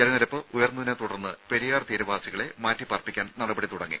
ജലനിരപ്പ് ഉയർന്നതിനെത്തുടർന്ന് പെരിയാർ തീര വാസികളെ മാറ്റിപാർപ്പിക്കാൻ നടപടി തുടങ്ങി